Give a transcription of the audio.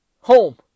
home